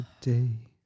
today